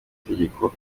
tegeko